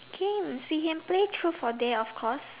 games we can play truth or dare of course